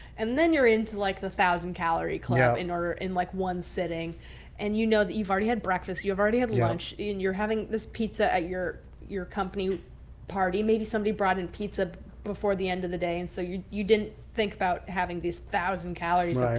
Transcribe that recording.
and then you're into like the thousand calorie club in order in like one sitting and you know that you've already had breakfast, you've already had lunch. and you're having this pizza at your your company party. maybe somebody brought in pizza before the end of the day. and so you didn't think about having these thousand calories um